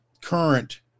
current